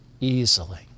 easily